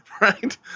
Right